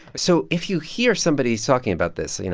so if you hear somebody's talking about this, you know